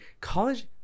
college